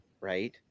right